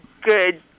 good